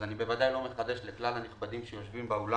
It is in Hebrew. ואני בוודאי לא מחדש לכלל הנכבדים שיושבים באולם